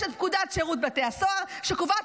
יש את פקודת שירות בתי הסוהר שקובעת